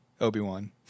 Obi-Wan